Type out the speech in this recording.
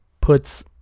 puts